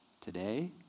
today